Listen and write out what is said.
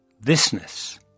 thisness